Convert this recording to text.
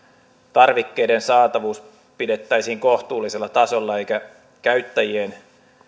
tarvikkeiden saatavuus pidettäisiin kohtuullisella tasolla jotta käyttäjien ei